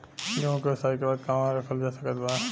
गेहूँ के ओसाई के बाद कहवा रखल जा सकत बा?